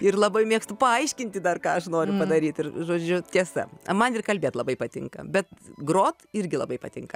ir labai mėgstu paaiškinti dar ką aš noriu padaryt ir žodžiu tiesa man ir kalbėt labai patinka bet grot irgi labai patinka